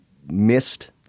missed